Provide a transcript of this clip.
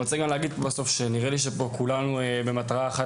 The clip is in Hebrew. נראה לי שכולנו פה במטרה אחת,